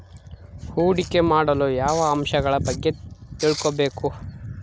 ಹೂಡಿಕೆ ಮಾಡಲು ಯಾವ ಅಂಶಗಳ ಬಗ್ಗೆ ತಿಳ್ಕೊಬೇಕು?